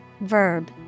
verb